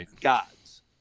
gods